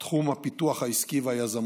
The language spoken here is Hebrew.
תחום הפיתוח העסקי והיזמות.